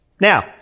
Now